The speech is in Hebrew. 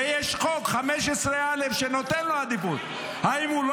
ויש חוק 15א שנותן לו עדיפות האם הוא לא